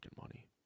money